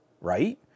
right